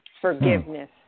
Forgiveness